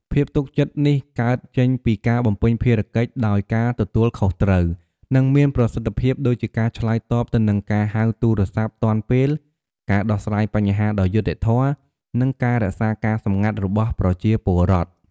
ភាពទុកចិត្តនេះកើតចេញពីការ បំពេញភារកិច្ចដោយការទទួលខុសត្រូវ និងមានប្រសិទ្ធភាព ដូចជាការឆ្លើយតបទៅនឹងការហៅទូរស័ព្ទទាន់ពេល ការដោះស្រាយបញ្ហាដោយយុត្តិធម៌ និងការរក្សាការសម្ងាត់របស់ប្រជាពលរដ្ឋ។